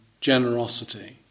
generosity